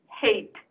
hate